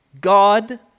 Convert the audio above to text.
God